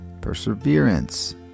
perseverance